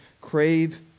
crave